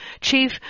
chief